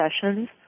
sessions